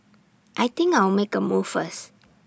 I think I'll make A move first